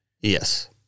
Yes